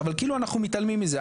אבל כאילו אנחנו מתעלמים מזה.